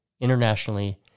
internationally